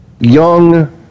young